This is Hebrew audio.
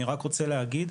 אני רק רוצה להגיד,